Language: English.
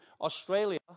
Australia